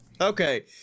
Okay